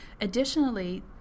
Additionally